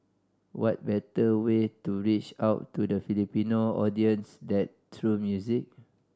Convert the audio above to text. what better way to reach out to the Filipino audience than through music